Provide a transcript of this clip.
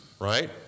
right